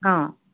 অ